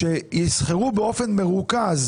שישכרו באופן מרוכז